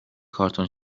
کارتن